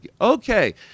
Okay